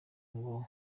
ngo